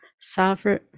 sovereign